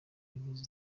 bagize